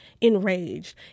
enraged